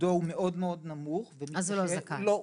שתפקודו מאוד מאוד נמוך לא ייכלל.